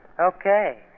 Okay